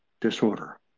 Disorder